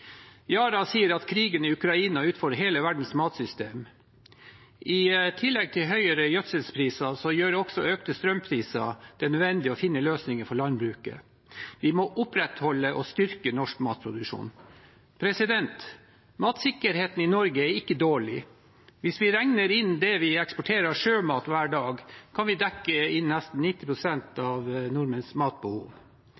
nødvendig å finne løsninger for landbruket. Vi må opprettholde og styrke norsk matproduksjon. Matsikkerheten i Norge er ikke dårlig. Hvis vi regner inn det vi eksporterer av sjømat hver dag, kan vi dekke nesten